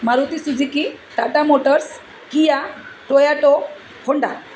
Maruti Suzuki Tata Motors Kia Toyota Honda